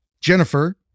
Jennifer